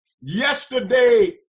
Yesterday